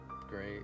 great